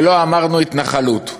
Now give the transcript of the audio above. ולא אמרנו התנחלות,